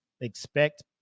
expect